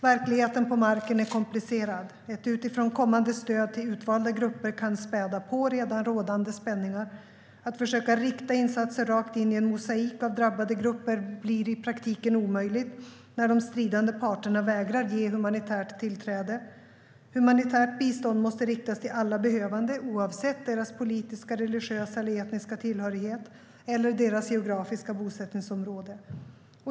Verkligheten på marken är komplicerad. Ett utifrån kommande stöd till utvalda grupper kan spä på redan rådande spänningar. Att försöka rikta insatser rakt in i en mosaik av drabbade grupper blir i praktiken omöjligt när de stridande parterna vägrar ge humanitärt tillträde. Humanitärt bistånd måste riktas till alla behövande, oavsett deras politiska, religiösa eller etniska tillhörighet eller deras geografiska bosättningsområde.